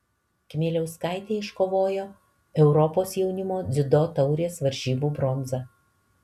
kmieliauskaitė iškovojo europos jaunimo dziudo taurės varžybų bronzą